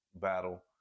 battle